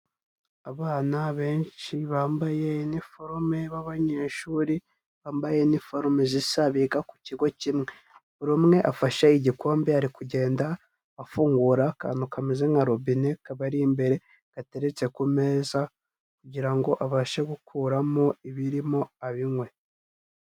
Abana benshi bambaye iniforume b'abanyeshuri, bambaye iniforume zisa biga ku kigo kimwe, buri umwe afashe igikombe ari kugenda afungura akantu kameze nka robine kabari imbere gateretse ku meza kugira ngo abashe gukuramo ibirimo abinywe.